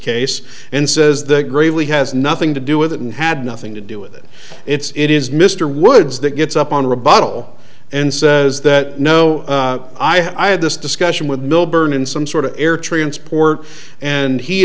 case and says that gravely has nothing to do with it and had nothing to do with it it's it is mr woods that gets up on rebuttal and says that no i had this discussion with milburn in some sort of air transport and he